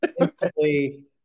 instantly